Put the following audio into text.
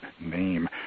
name